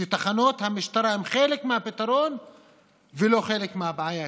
שתחנות המשטרה הן חלק מהפתרון ולא חלק מהבעיה.